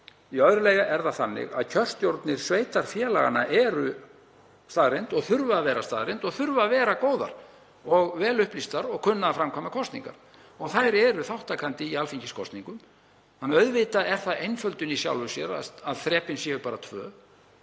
Í öðru lagi eru kjörstjórnir sveitarfélaganna staðreynd og þurfa að vera staðreynd og þurfa að vera góðar og vel upplýstar og kunna að framkvæma kosningar. Þær eru þátttakandi í alþingiskosningum. Auðvitað er það einföldun í sjálfu sér að þrepin séu bara tvö